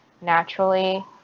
naturally